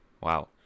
Wow